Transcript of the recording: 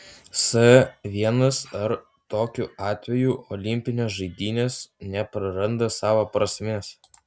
s l ar tokiu atveju olimpinės žaidynės nepraranda savo prasmės